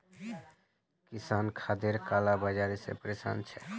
किसान खादेर काला बाजारी से परेशान छे